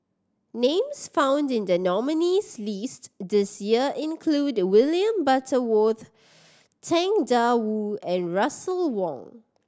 names found in the nominees' list this year include William Butterworth Tang Da Wu and Russel Wong